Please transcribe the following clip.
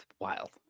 Wild